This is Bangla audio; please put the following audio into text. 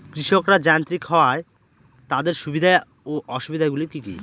কৃষকরা যান্ত্রিক হওয়ার তাদের সুবিধা ও অসুবিধা গুলি কি কি?